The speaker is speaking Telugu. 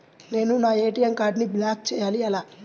నేను నా ఏ.టీ.ఎం కార్డ్ను బ్లాక్ చేయాలి ఎలా?